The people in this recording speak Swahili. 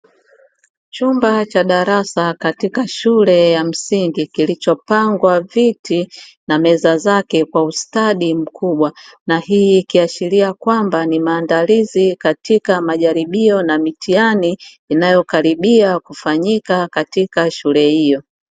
Chumba cha darasa katika shule ya msingi, kilichopangwa viti na meza zake kwa ustadi mkubwa, na hii ikiashiria kwamba ni maandalizi katika majaribio na mitihani, inayokaribia kufanyika katika shule hiyo.